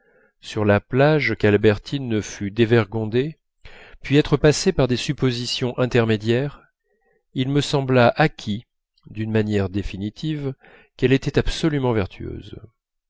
sur la plage qu'albertine ne fût dévergondée puis être passé par des suppositions intermédiaires il me sembla acquis d'une manière définitive qu'elle était absolument vertueuse